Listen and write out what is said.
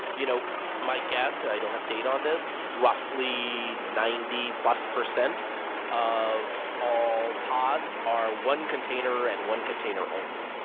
you know my guess, so i don't have data on this, roughly ninety plus percent of all pods are one container and one container only,